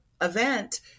event